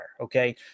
okay